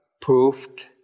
proved